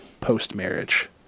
post-marriage